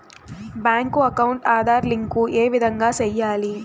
Bank account Aadhaar link ఏ విధంగా సెయ్యాలి?